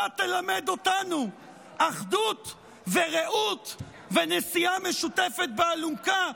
אתה תלמד אותנו אחדות ורעות ונשיאה משותפת באלונקה?